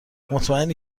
مطمئنی